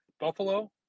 Buffalo